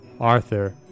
Arthur